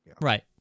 Right